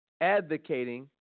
advocating